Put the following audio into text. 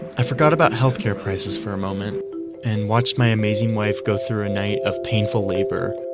i forgot about healthcare prices for a moment and watched my amazing wife go through a night of painful labor.